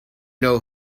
know